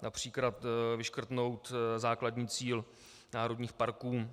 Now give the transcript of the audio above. Například vyškrtnout základní cíl národních parků.